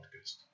podcast